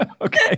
Okay